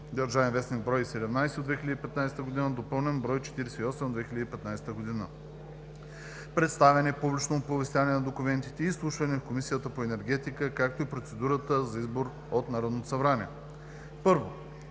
(обн., ДВ, бр. 17 от 2015 г., доп., бр. 48 от 2015 г.), представяне, публично оповестяване на документите и изслушване в Комисията по енергетика, както и процедурата за избор от Народното събрание. I.